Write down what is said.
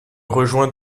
rejoint